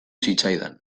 zitzaidan